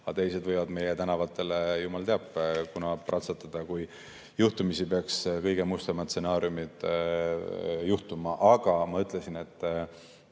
aga teised võivad meie tänavatele jumal teab kunas prantsatada, kui peaks kõige mustemad stsenaariumid juhtuma. Ma ütlesin, et